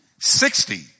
Sixty